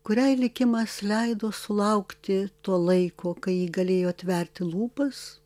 kuriai likimas leido sulaukti to laiko kai ji galėjo atverti lūpas